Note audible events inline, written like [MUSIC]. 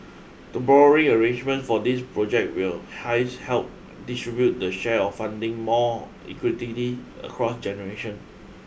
the borrowing arrangements for these project will hence help [NOISE] distribute the share of funding more equitably across generation